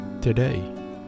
today